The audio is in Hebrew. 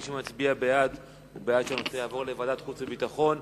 מי שמצביע בעד הוא בעד העברת הנושא לוועדת חוץ וביטחון,